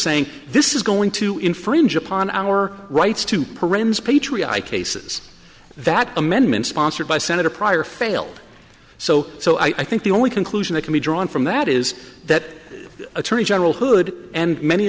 saying this is going to infringe upon our rights to paramus patriotic cases that amendment sponsored by senator pryor failed so so i think the only conclusion that can be drawn from that is that attorney general hood and many